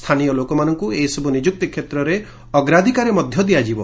ସ୍ଥାନୀୟ ଲୋକମାନଙ୍କୁ ଏସବୁ ନିଯୁକ୍ତି କ୍ଷେତ୍ରରେ ଅଗ୍ରାଧିକାର ଦିଆଯିବ